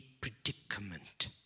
predicament